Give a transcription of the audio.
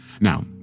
Now